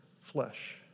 flesh